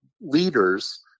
leaders